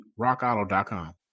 RockAuto.com